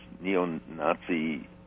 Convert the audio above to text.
neo-Nazi